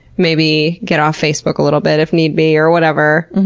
maybe get off facebook a little bit if need be, or whatever.